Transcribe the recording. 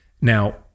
Now